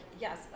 yes